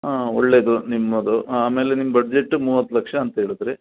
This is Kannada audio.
ಹಾಂ ಒಳ್ಳೆಯದು ನಿಮ್ಮದು ಆಮೇಲೆ ನಿಮ್ಮ ಬಡ್ಜೆಟ್ಟು ಮೂವತ್ತು ಲಕ್ಷ ಅಂತೇಳಿದ್ರಿ